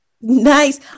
Nice